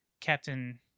captain